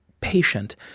patient